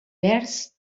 vers